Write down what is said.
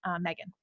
Megan